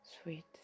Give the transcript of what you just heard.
sweet